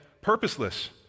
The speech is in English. purposeless